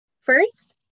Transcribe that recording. First